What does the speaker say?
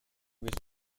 with